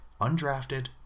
undrafted